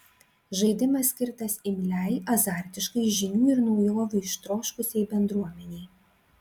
žaidimas skirtas imliai azartiškai žinių ir naujovių ištroškusiai bendruomenei